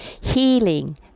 healing